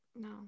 No